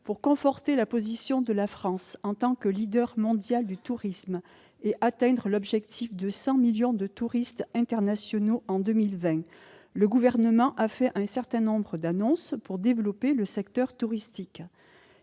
Pour conforter la position de la France en tant que mondial du tourisme et atteindre l'objectif de 100 millions de touristes internationaux en 2020, le Gouvernement a fait un certain nombre d'annonces pour développer le secteur touristique.